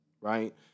right